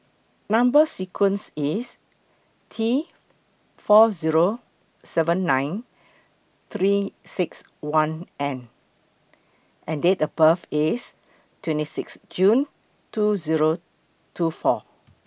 Number sequence IS T four Zero seven nine three six one N and Date of birth IS twenty six June two Zero two four